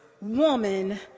woman